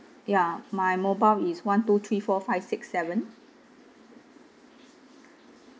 ya my mobile is one two three four five six seven